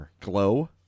glow